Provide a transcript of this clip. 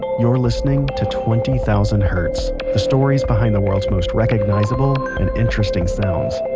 you're listening to twenty thousand hertz. the stories behind the world's most recognizable and interesting sounds.